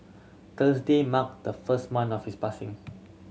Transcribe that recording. Thursday marked the first month of his passing